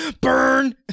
burn